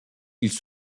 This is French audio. ils